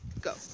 Go